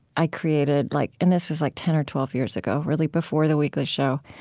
i created. like and this was like ten or twelve years ago, really before the weekly show.